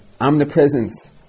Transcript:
omnipresence